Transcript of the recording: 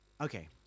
Okay